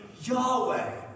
Yahweh